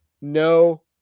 no